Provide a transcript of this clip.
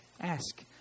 ask